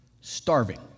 Starving